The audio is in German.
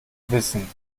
wissen